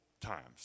times